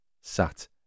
sat